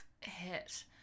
hit